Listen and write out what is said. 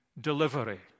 delivery